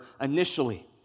initially